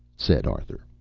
said arthur.